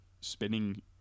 spinning